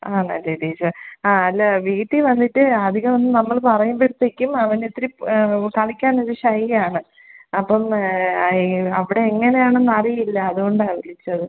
ആ ടീ ടീച്ചർ ആ അല്ല വീട്ടിൽ വന്നിട്ട് അധികവൊന്നും നമ്മള് പറയുമ്പഴത്തേക്ക് അവൻ ഇത്തിരി പ കളിക്കാനൊര് ഷൈ ആണ് അപ്പം അയ് അവിടെ എങ്ങനെയാണെന്ന് അറിയില്ല അതുകൊണ്ടാണ് വിളിച്ചത്